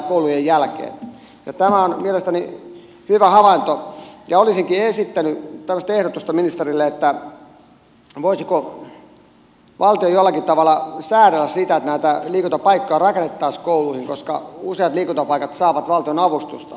tämä on mielestäni hyvä havainto ja olisinkin esittänyt tämmöistä ehdotusta ministerille että voisiko valtio jollakin tavalla säädellä sitä että näitä liikuntapaikkoja rakennettaisiin kouluihin koska useat liikuntapaikat saavat valtion avustusta